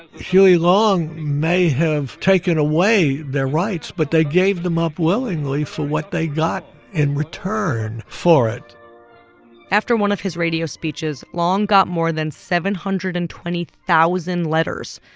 huey long may have taken away their rights, but they gave them up willingly for what they got in return for it after one of his radio speeches, long got more than seven hundred and twenty thousand letters.